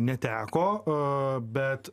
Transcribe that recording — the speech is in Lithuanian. neteko bet